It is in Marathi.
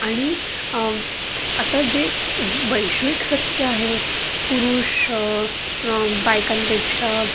आणि आता जे वैश्विक सत्य आहे पुरुष बायकांपेक्षा